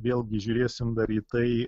vėlgi žiūrėsim dar į tai